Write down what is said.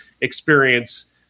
experience